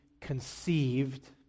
conceived